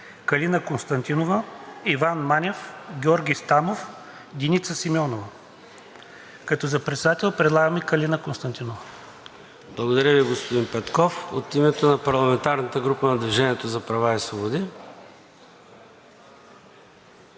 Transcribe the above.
Калина Константинова, Иван Манев, Георги Стамов, Деница Симеонова, като за председател предлагаме Калина Константинова. ПРЕДСЕДАТЕЛ ЙОРДАН ЦОНЕВ: Благодаря Ви, господин Петков. От името на парламентарната група на „Движение за права и свободи“?